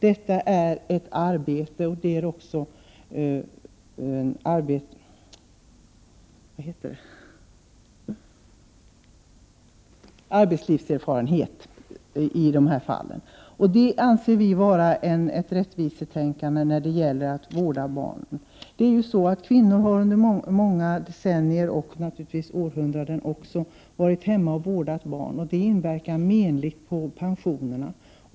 Detta är ett arbete, och det är också en arbetslivserfarenhet. Det anser vi vara ett rättvisetänkande när det gäller att vårda barn. Kvinnor har under många decennier och århundraden varit hemma och vårdat barn. Det inverkar menligt på pensionerna.